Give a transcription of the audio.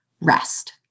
rest